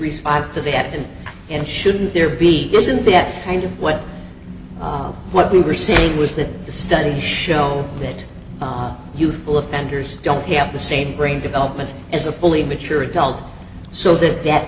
response to that and and shouldn't there be isn't that kind of what what we were saying was that the studies show that youthful offenders don't have the same brain development as a fully mature adult so that that